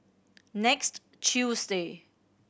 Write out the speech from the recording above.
next Tuesday